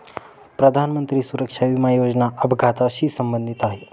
प्रधानमंत्री सुरक्षा विमा योजना अपघाताशी संबंधित आहे